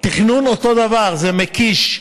התכנון, אותו דבר, זה מקיש,